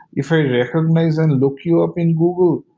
if i recognize and look you up in google,